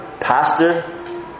pastor